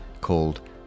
called